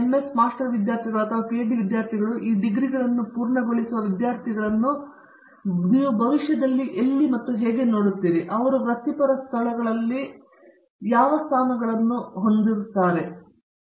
ನಿಮ್ಮ ಹೆಚ್ಚಿನ MS master ವಿದ್ಯಾರ್ಥಿಗಳು ಅಥವಾ ಪಿಎಚ್ಡಿ ವಿದ್ಯಾರ್ಥಿಗಳು ಈ ಡಿಗ್ರಿಗಳನ್ನು ಪೂರ್ಣಗೊಳಿಸುವ ವಿದ್ಯಾರ್ಥಿಗಳನ್ನು ನೀವು ಎಲ್ಲಿ ನೋಡುತ್ತೀರಿ ಅಲ್ಲಿ ನೀವು ವೃತ್ತಿಪರ ಸ್ಥಳಗಳಲ್ಲಿ ತಿಳಿದಿರುವ ಸ್ಥಾನಗಳಿಗೆ ಸೇರುವಿರಿ